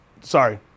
sorry